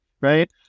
right